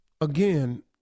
Again